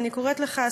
אני קוראת לך,